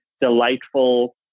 delightful